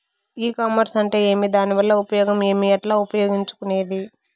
ఈ కామర్స్ అంటే ఏమి దానివల్ల ఉపయోగం ఏమి, ఎట్లా ఉపయోగించుకునేది?